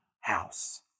house